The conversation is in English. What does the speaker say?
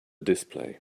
display